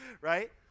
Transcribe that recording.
right